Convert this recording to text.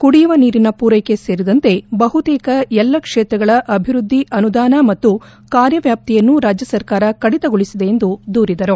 ಕುಡಿಯುವ ನೀರಿನ ಪೂರೈಕೆ ಸೇರಿ ಬಹುತೇಕ ಎಲ್ಲಾ ಕ್ಷೇತ್ರಗಳ ಅಭಿವೃದ್ದಿ ಅನುದಾನ ಮತ್ತು ಕಾರ್ಯವ್ಯಾಪ್ತಿಯನ್ನು ರಾಜ್ಯ ಸರ್ಕಾರ ಕಡಿತಗೊಳಿಸಿದೆ ಎಂದು ದೂರಿದರು